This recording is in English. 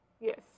yes